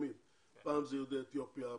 פעם אלה יהודי אתיופיה,